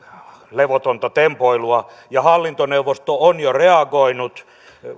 levotonta tempoilua ja hallintoneuvosto on jo reagoinut